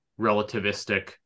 relativistic